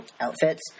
outfits